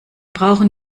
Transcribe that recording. brauchen